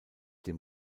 dem